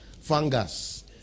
fungus